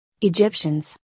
Egyptians